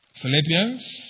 Philippians